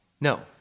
No